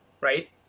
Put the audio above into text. Right